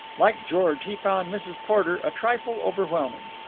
like george, he found mrs. porter a trifle overwhelming.